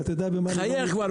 חייך כבר.